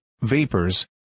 vapors